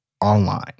online